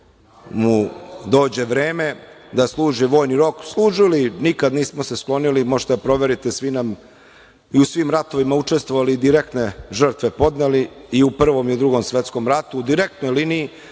mu dođe vreme da služi vojni rok. Služili, nikad se nismo sklonili, možete da proverite, i u svim ratovima učestvovali, direktne žrtve podneli i u Prvom i u Drugom svetskom ratu, direktnoj liniji,